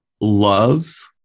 Love